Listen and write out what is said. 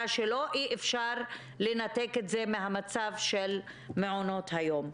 שלו אי-אפשר לנתק את זה מהמצב של מעונות היום.